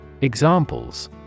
Examples